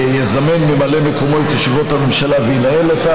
יזמן ממלא מקומו את ישיבות הממשלה וינהל אותן.